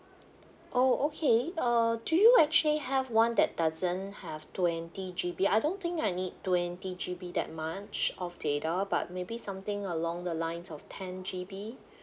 oh okay uh do you actually have one that doesn't have twenty G_B I don't think I need twenty G_B that much of data but maybe something along the lines of ten G_B